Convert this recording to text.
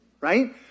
Right